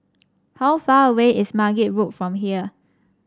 how far away is Margate Road from here